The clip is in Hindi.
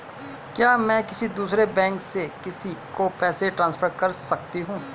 क्या मैं किसी दूसरे बैंक से किसी को पैसे ट्रांसफर कर सकती हूँ?